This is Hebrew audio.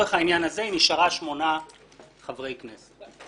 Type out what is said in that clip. לצורך העניין הזה היא נשארה שמונה חברי כנסת.